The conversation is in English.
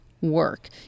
work